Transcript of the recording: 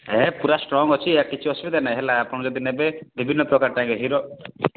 ହେ ପୁରା ଷ୍ଟ୍ରଙ୍ଗ ଅଛି କିଛି ଅସୁବିଧା ନାହିଁ ହେଲା ଆପଣ ଯଦି ନେବେ ବିଭିନ୍ନ ପ୍ରକାର ଟାଇପ୍ର ହିରୋ